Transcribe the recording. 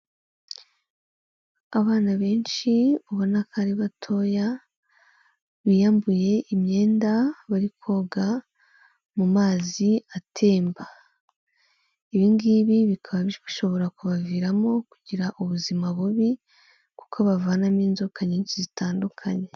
Abana benshi ubona ko ari batoya biyambuye imyenda bari koga mu mazi atemba ibingibi bikaba bishobora kubaviramo kugira ubuzima bubi kuko bavanamo inzoka nyinshi zitandukanye.